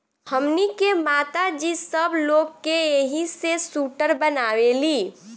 हमनी के माता जी सब लोग के एही से सूटर बनावेली